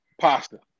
pasta